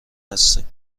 هستیم